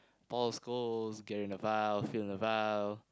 all scores Gary-Neville Phil-Neville